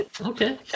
Okay